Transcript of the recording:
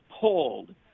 pulled